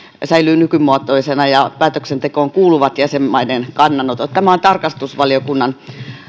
säilyy nykymuotoisena ja päätöksentekoon kuuluvat jäsenmaiden kannanotot tämä on tarkastusvaliokunnan